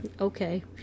okay